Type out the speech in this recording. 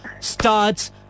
starts